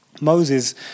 Moses